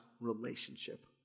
relationship